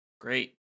Great